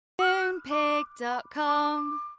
Moonpig.com